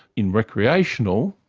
in recreational,